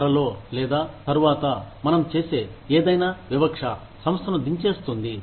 త్వరలో లేదా తరువాత మనం చేసే ఏదైనా వివక్ష సంస్థను దించేస్తుంది